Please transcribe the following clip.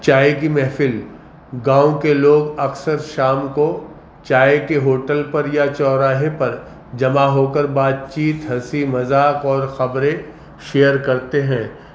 چائے کی محفل گاؤں کے لوگ اکثر شام کو چائے کے ہوٹل پر یا چوراہے پر جمع ہو کر بات چیت ہنسی مذاق اور خبریں شیئر کرتے ہیں